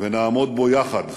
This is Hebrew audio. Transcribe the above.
ונעמוד בו יחד.